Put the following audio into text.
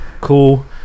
cool